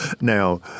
Now